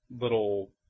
little